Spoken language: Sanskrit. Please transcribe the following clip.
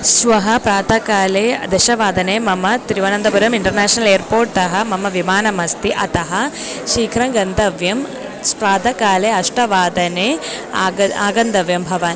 श्वः प्रातःकाले दशवादने मम तिरुवनन्तपुरम् इण्टर्नेश्नल् एर्पोर्ट्तः मम विमानमस्ति अतः शीघ्रं गन्तव्यं प्रातःकाले अष्टवादने आग आगन्तव्यं भवान्